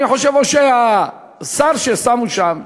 אני חושב שאו שהשר ששמו שם,